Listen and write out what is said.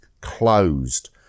closed